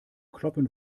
kloppen